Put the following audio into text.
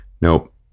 Nope